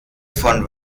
von